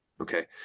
Okay